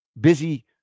busy